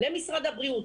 למשרד הבריאות,